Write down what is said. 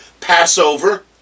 Passover